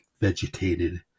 vegetated